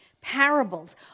parables